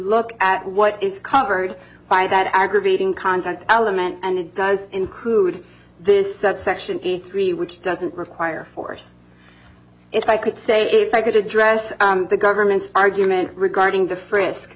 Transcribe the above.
look at what is covered by that aggravating content element and it does include this subsection p three which doesn't require force if i could say if i could address the government's argument regarding the frisk